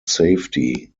safety